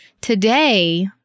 Today